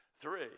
Three